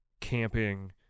camping